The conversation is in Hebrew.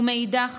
מאידך